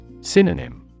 Synonym